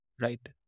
right